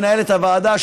מנהלת הוועדה,